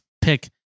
pick